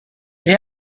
they